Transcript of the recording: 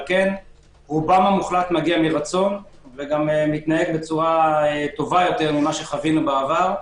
לכן רובם המוחלט מגיע מרצון ומתנהג בצורה טובה יותר משחווינו בעבר,